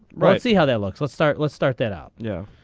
right see how that looks let's start let's start that out yeah.